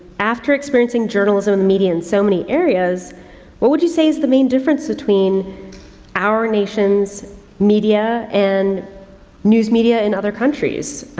after experiencing journalism and the media in so many areas what would you say is the main difference between our nation's media and news media in other countries?